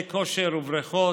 במכוני כושר ובריכות,